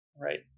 Right